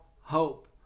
hope